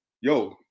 yo